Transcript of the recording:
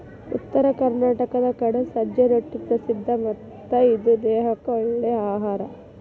ಉತ್ತರ ಕರ್ನಾಟಕದ ಕಡೆ ಸಜ್ಜೆ ರೊಟ್ಟಿ ಪ್ರಸಿದ್ಧ ಮತ್ತ ಇದು ದೇಹಕ್ಕ ಒಳ್ಳೇ ಅಹಾರಾ